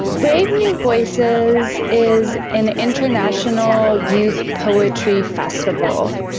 brave new voices is an international youth poetry festival,